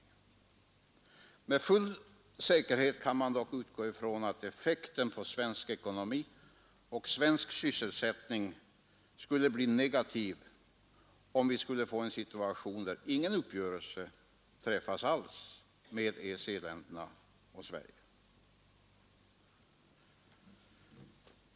Med full säkerhet kan man emellertid utgå från att effekten på svensk ekonomi och svensk sysselsättning skulle bli negativ, om situationen blev den att ingen uppgörelse alls träffas mellan EEC-länderna och Sverige.